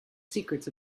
secrets